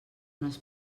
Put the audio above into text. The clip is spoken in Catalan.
unes